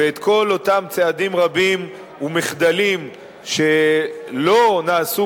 ואת כל אותם צעדים רבים ומחדלים שלא נעשו